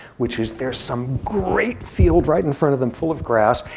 which is, there's some great field right in front of them full of grass,